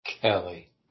Kelly